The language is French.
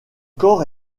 corps